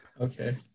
Okay